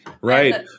Right